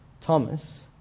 Thomas